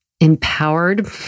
empowered